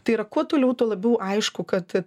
tai yra kuo toliau tuo labiau aišku kad